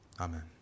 Amen